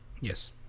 Yes